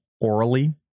orally